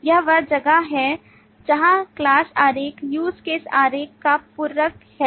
यह वह जगह है जहाँ class आरेख use case आरेख का पूरक है